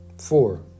Four